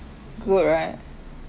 good right